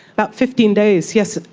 about fifteen days, yes.